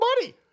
money